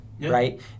right